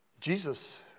Jesus